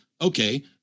okay